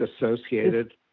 associated